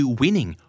winning